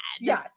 Yes